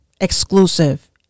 exclusive